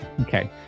okay